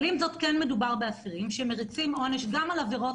אבל עם זאת כן מדובר באסירים שמרצים עונש גם על עבירות